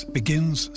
begins